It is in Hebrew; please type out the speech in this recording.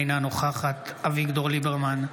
אינה נוכחת אביגדור ליברמן,